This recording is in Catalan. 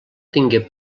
tingué